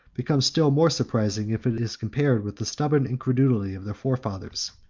becomes still more surprising, if it is compared with the stubborn incredulity of their forefathers.